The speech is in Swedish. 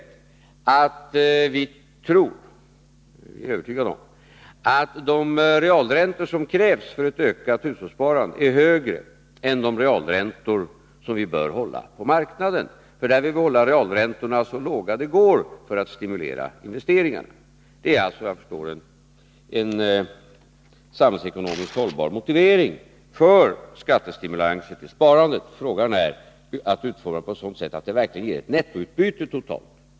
Vi är övertygade om att de realräntor som krävs för ett ökat hushållssparande är högre än de realräntor som vi bör hålla på marknaden — där vill vi hålla realräntorna så låga som möjligt för att stimulera investeringarna. Det är såvitt jag förstår en samhällsekonomiskt hållbar motivering för skattestimulanser till sparandet. Problemet är att utforma dem på ett sådant sätt att de verkligen ger ett nettoutbyte totalt.